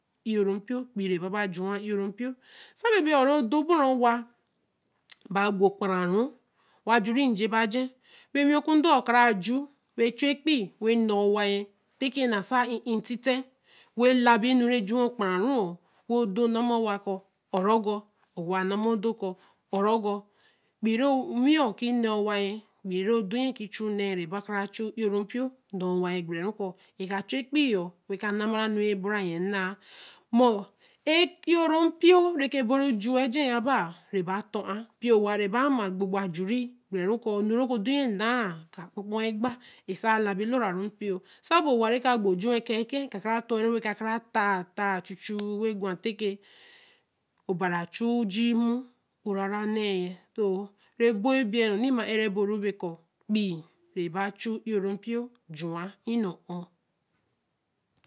e ōro npīo. epeii re ba baju wa e ōro npio. sa bebe or re odo ba ra. owa baā gbo o kpun re ru. wa j̄ur ejen ba j̄ar wen o wī oku do ka ra ju. wen chu epeii wen ne owa ye. tī kī na se in̄n in̄n tite. wen la bi e nure ju okpun re ru. odo e ma owa ko or ru gor. owa ela odo ko or ru gor. epeii re wī yo kī ne owa peii ru odo ki chu neē re ba ka chu ne owa gbere ru ko. ka chu epeii yo wen na ma enu re. ka chu epeii yo wen na ma enu re yen bu re neē mo e ōro npio re bo ru ej̄u ejer ye baā re ba tor ar npio re ba ama tor aj̄ure gbere ko enu re odo yen na ka kpo kpo wa kpa sa labi lor ra ru npio. sa be o wa ra gbo oju wa e ka e ken kaa tor wa ru wa ka taā taā chue chue wen gwa te ke obari aju ajii mo ho raru a neē yen so re bo ebei nn̄o ni re maa ra bo ro be ko. epeii re ba chu e ōro npio ju wa e ne ho